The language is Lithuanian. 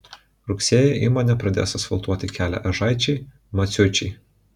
rugsėjį įmonė pradės asfaltuoti kelią ežaičiai maciuičiai